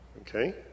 Okay